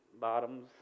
bottoms